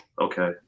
okay